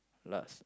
last